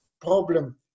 problem